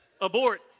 abort